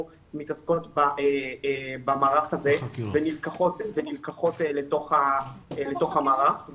מתעסקות במערך הזה ונלקחות לתוך המערך,